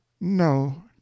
No